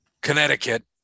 Connecticut